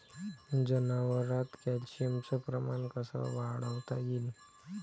जनावरात कॅल्शियमचं प्रमान कस वाढवता येईन?